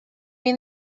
mean